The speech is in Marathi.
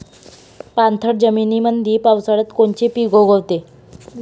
पाणथळ जमीनीमंदी पावसाळ्यात कोनचे पिक उगवते?